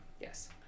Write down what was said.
Yes